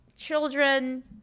children